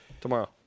tomorrow